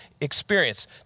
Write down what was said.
experience